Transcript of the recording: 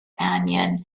anion